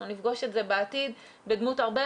אנחנו נפגוש את זה בעתיד בכל מיני